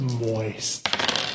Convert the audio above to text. Moist